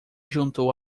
juntou